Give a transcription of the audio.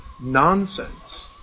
nonsense